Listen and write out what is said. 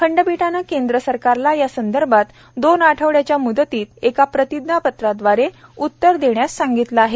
खंडपीठाने केंद्र सरकारला या संदर्भात दोन आठवड्याच्या म्दतीत एका प्रतिज्ञापत्राद्वारे उत्तर देण्यास सांगितलं आहे